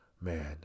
man